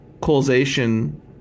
causation